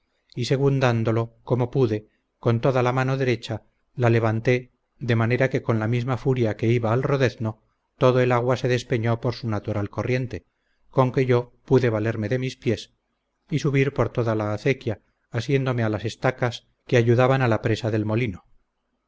y segundando como pude con toda la mano derecha la levanté de manera que con la misma furia que iba al rodezno todo el agua se despeñó por su natural corriente con que yo pude valerme de mis pies y subir por toda la acequia asiéndome a las estacas que ayudaban a la presa del molino